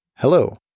Hello